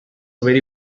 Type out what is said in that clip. very